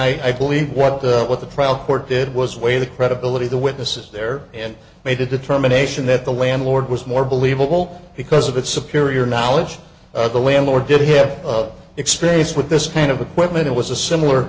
and i believe what the what the trial court did was weigh the credibility of the witnesses there and made a determination that the landlord was more believable because of its security or knowledge of the landlord didn't have experience with this kind of equipment it was a similar